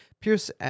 Pierce